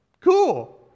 cool